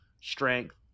strength